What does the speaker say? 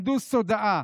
הנדוס תודעה.